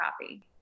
copy